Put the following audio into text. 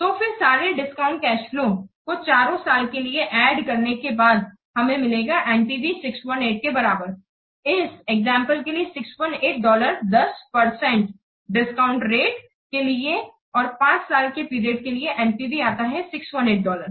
तो फिर सारे डिस्काउंटेड कैश फ्लोज को चारों साल के लिए एड करने के बाद हमें मिलेगा NPV 618 के बराबर इस एग्जांपल के लिए 618 डॉलर 10 परसेंटडिस्काउंट रेटके लिए और 5 साल के पीरियडके लिए NPV आता है 618 डॉलर